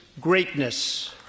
greatness